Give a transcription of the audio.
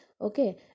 okay